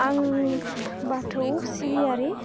आं बाथौ सिबियारि